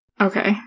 Okay